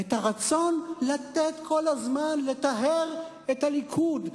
את הרצון לתת כל הזמן, לטהר את הליכוד.